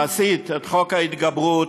מעשית, את חוק ההתגברות,